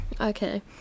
Okay